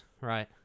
right